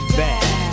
back